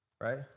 right